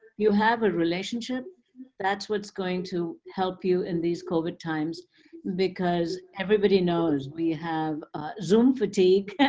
you have a relationship that's what's going to help you in these covid times because everybody knows we have zoom fatigue.